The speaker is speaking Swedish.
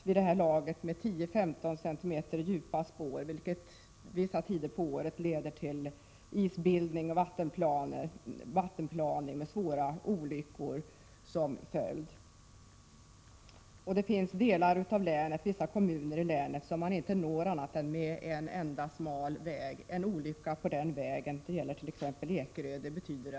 vid det här laget försetts med 10—15 cm djupa spår, vilket vissa tider på året leder till isbildning och vattenplaning med svåra olyckor som följd. Det finns delar av länet som man inte når annat än via en enda smal väg — det gäller t.ex. Ekerö kommun.